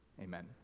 amen